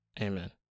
Amen